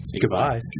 goodbye